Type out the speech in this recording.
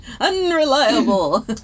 Unreliable